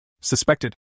Suspected